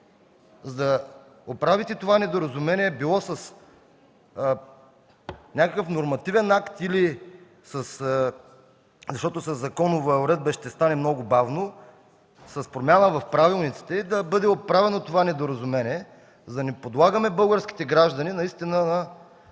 да оправите това недоразумение, било с някакъв нормативен акт, защото със законова уредба ще стане много бавно, с промяна в правилниците да бъде оправено това недоразумение, за да не подлагаме българските граждани наистина на